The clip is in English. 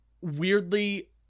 weirdly